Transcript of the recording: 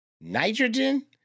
Nitrogen